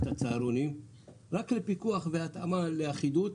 הצהרונים רק לפיקוח והתאמה לאחידות,